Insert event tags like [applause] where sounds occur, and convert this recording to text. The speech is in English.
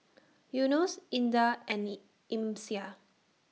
Yunos Indah and [unintelligible] Amsyar